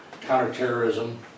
counterterrorism